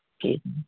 ਠੀਕ ਆ